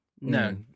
No